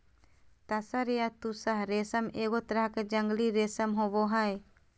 तसर या तुसह रेशम एगो तरह के जंगली रेशम होबो हइ